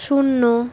শূন্য